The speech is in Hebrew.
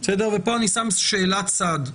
ופה אני שם שאלת צד,